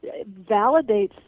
validates